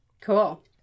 cool